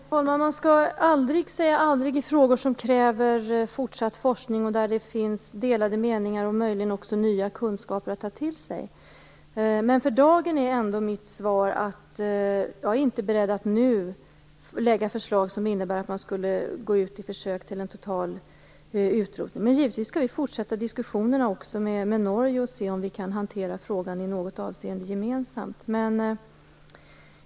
Herr talman! Man skall aldrig säga aldrig i frågor som kräver fortsatt forskning eller i frågor där det finns delade meningar och möjligen också nya kunskaper att ta till sig. För dagen är mitt svar att jag inte är beredd att nu lägga fram förslag som innebär att man skulle försöka sig på en total utrotning. Men givetvis skall vi fortsätta diskussionerna med Norge för att se om frågan i något avseende kan hanteras gemensamt.